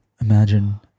imagine